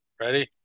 Ready